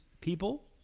people